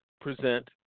present